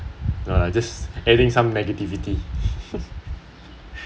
no lah just adding some negativity